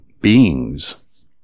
beings